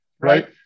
right